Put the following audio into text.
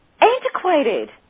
antiquated